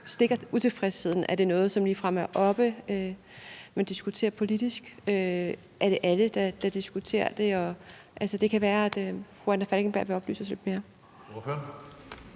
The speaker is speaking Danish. stikker utilfredsheden? Er det noget, som ligefrem er oppe at vende, noget, man diskuterer politisk, eller er det alle, der diskuterer det? Det kan være, at fru Anna Falkenberg vil oplyse os lidt mere.